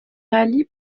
rallye